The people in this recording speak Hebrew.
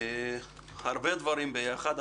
הרבה דברים יחד.